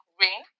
rain